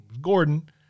Gordon